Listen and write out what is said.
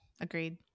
Agreed